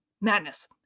Madness